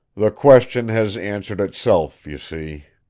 the question has answered itself, you see.